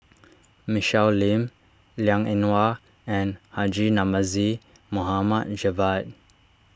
Michelle Lim Liang Eng Hwa and Haji Namazie Mohd Javad